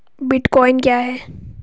Bitcoin क्या है?